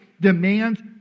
demands